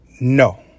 No